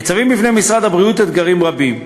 ניצבים בפני משרד הבריאות אתגרים רבים.